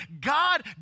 God